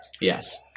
Yes